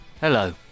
Hello